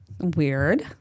Weird